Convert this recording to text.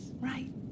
Right